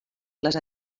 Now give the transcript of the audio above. les